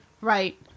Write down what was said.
Right